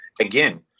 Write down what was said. again